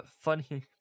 funny